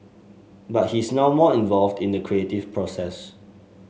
but he's now more involved in the creative process